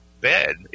bed